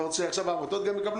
אז אתה רוצה שהעמותות יקבלו?